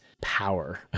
power